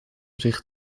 zicht